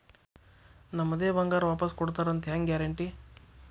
ನಮ್ಮದೇ ಬಂಗಾರ ವಾಪಸ್ ಕೊಡ್ತಾರಂತ ಹೆಂಗ್ ಗ್ಯಾರಂಟಿ?